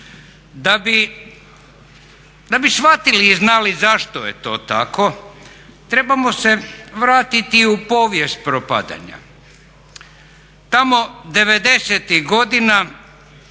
Da bi shvatili i znali zašto je to tako trebamo se vratiti u povijest propadanja. Tamo '90-ih godina